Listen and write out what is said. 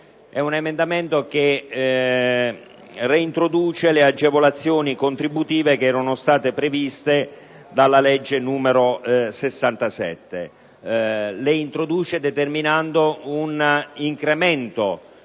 L'emendamento 2.53 reintroduce le agevolazioni contributive che erano state previste dalla legge n. 67 del 1988, determinandone un incremento.